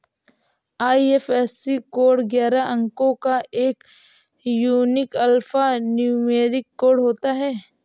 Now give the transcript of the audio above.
IFSC code ग्यारह अंको का एक यूनिक अल्फान्यूमैरिक कोड होता है